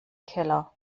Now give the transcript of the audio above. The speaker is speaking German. keller